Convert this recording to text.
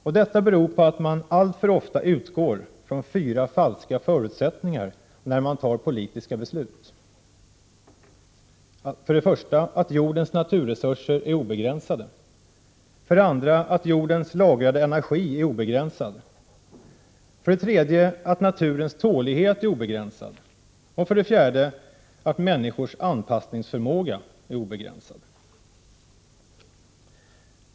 Och detta beror på att man alltför ofta utgår från fyra falska förutsättningar, när man tar politiska beslut: 1. att jordens naturresurser är obegränsade, 2. att jordens lagrade energi är obegränsad, 3. att naturens tålighet är obegränsad, 4. att människors anpassningsförmåga är obegränsad.